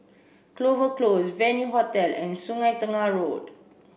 Clover Close Venue Hotel and Sungei Tengah Road